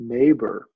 Neighbor